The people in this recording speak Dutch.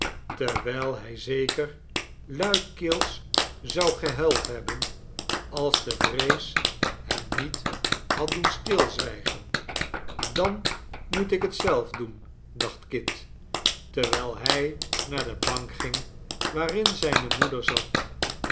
terwijl hij zeker luidkeels zou gehuild hebben als de vrees hem niet had doen stilzwijgen dan moet ik het zelf doen dacht kit terwijl hij naar de bank ging waarin zijne moeder zat